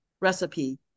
recipe